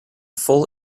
full